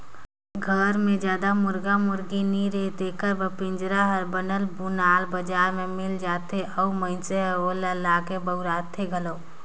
घर मे जादा मुरगा मुरगी नइ रहें तेखर बर पिंजरा हर बनल बुनाल बजार में मिल जाथे अउ मइनसे ह ओला लाके बउरथे घलो